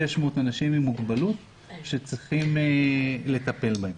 מיליון אנשים עם מוגבלות שצריכים לטפל בהם.